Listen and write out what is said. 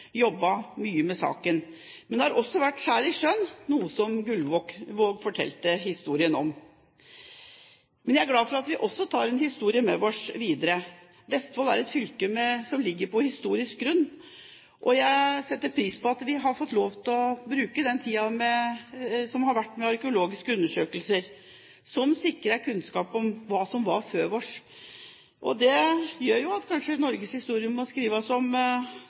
jobbet mye med saken. Men det har også vært skjær i sjøen, noe som Gullvåg fortalte historien om. Men jeg er glad for at vi også tar historien med oss videre. Vestfold er et fylke på historisk grunn, og jeg setter pris på at vi har fått lov til å bruke tid til arkeologiske undersøkelser, som sikrer kunnskap om hva som var her før oss. Det gjør at Norges historie kanskje må skrives om